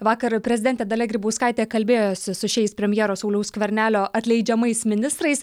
vakar prezidentė dalia grybauskaitė kalbėjosi su šiais premjero sauliaus skvernelio atleidžiamais ministrais